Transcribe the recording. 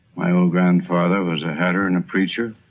my own grandfather was a hatter and a preacher.